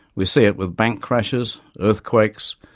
we see it with bank crashes, earthquakes,